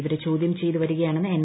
ഇവരെ ചോദ്യം ചെയ്തു വരികയാണെന്ന് എൻ